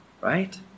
right